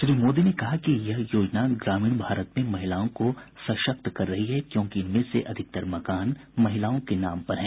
श्री मोदी ने कहा कि यह योजना ग्रामीण भारत में महिलाओं को सशक्त कर रही है क्योंकि इनमें से अधिकतर मकान महिलाओं के नाम हैं